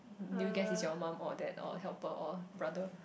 do you guess is your mum or dad or helper or brother